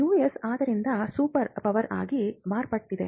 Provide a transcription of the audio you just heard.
US ಆದ್ದರಿಂದ super power ಆಗಿ ಮಾರ್ಪಟ್ಟಿದೆ